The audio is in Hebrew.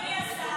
אדוני השר,